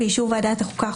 באישור ועדת החוקה,